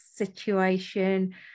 situation